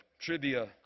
trivia